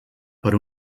per